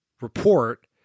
report